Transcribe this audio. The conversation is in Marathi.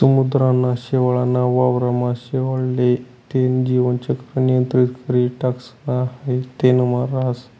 समुद्रना शेवाळ ना वावर मा शेवाळ ले तेन जीवन चक्र नियंत्रित करी टाकणस हाई तेनमा राहस